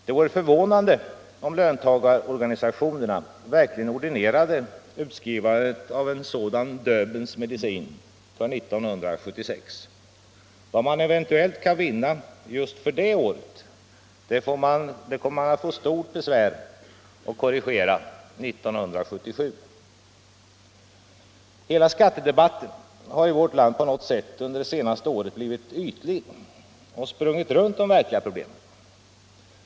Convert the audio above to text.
Det vore förvånande om löntagarorganisationerna verkligen ordinerade utskrivandet av en sådan Döbelns medicin för 1976. Vad man eventuellt kan vinna just för det året kommer man att få stort besvär att korrigera 1977. Hela skattedebatten har i vårt land på något sätt under det senaste året blivit ytlig och sprungit runt de verkliga problemen.